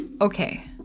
Okay